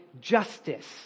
justice